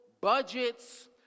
budgets